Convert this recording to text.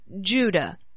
Judah